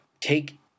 take